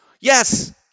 yes